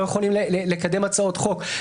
לא יכולים לקדם הצעות חוק.